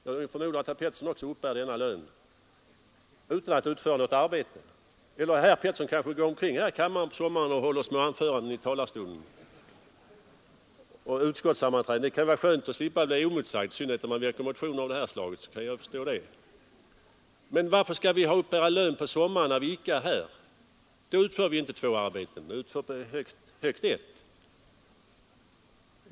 Jag förmodar att herr Pettersson i Örebro också får lön här då, trots att han inte utför något arbete. Eller går kanske herr Pettersson omkring här i kammaren på sommaren och håller små anföranden från talarstolen och deltar i utskottssammanträden? Det kan ju vara skönt att slippa bli emotsagd — i synnerhet om man väcker motioner av det här slaget. Det kan jag förstå. Men varför skall vi uppbära lön på sommaren, när vi inte är här? Då utför vi ju inte två arbeten, möjligen ett.